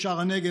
בשער הנגב,